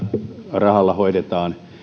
rahalla hoidetaan